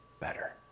better